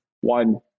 one